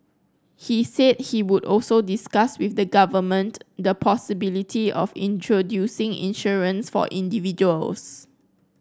he said he would also discuss with the government the possibility of introducing insurance for individuals